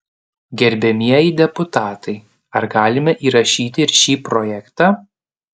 gerbiamieji deputatai ar galime įrašyti ir šį projektą